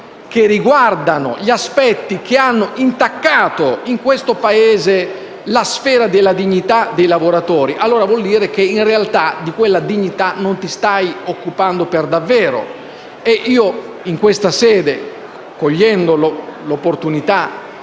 che riguardano gli aspetti che hanno intaccato, in questo Paese, la sfera della dignità dei lavoratori, allora vuol dire che in realtà di quella dignità non ci si sta occupando per davvero. In questa sede, cogliendo l'opportunità